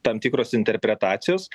tam tikros interpretacijos